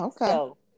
Okay